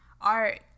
art